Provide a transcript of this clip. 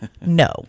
no